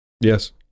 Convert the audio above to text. Yes